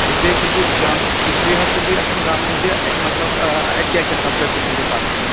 اس لیے چھُس بہٕ جانُن اِسلیے حظ چھُس بہٕ یژھان زانُن زِ اَتہِ مطلب اَتہِ کیٛاہ کیٛاہ سَبجَکٹ چھُو تۄہہِ پرناوُن